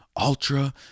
ultra